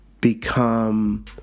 become